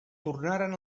tornaren